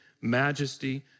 majesty